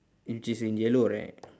which is in yellow right